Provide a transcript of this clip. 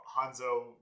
Hanzo